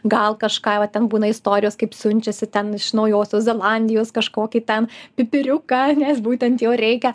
gal kažką va ten būna istorijos kaip siunčiasi ten iš naujosios zelandijos kažkokį ten pipiriuką nes būtent jo reikia